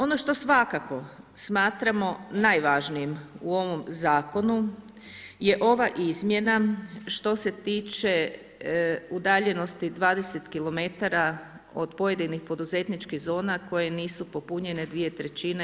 Ono što svakako smatramo najvažnijim u ovom zakonu je ova izmjena što se tiče udaljenosti od 20 km od pojedinih poduzetničkih zona, koje nisu popunjene 2/